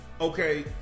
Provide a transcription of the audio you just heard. Okay